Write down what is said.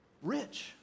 rich